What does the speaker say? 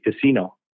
casino